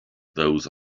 those